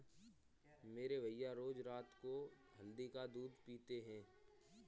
मेरे भैया रोज रात को हल्दी वाला दूध पीते हैं